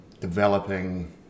developing